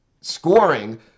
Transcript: scoring